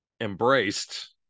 embraced